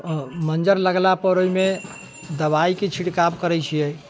मञ्जर लगला पर ओहिमे दवाइके छिड़काव करैत छियै